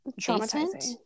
Traumatizing